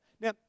Now